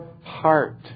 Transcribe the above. heart